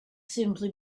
simply